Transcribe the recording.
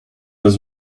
was